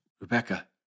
Rebecca